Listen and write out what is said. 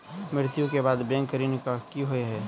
मृत्यु कऽ बाद बैंक ऋण कऽ की होइ है?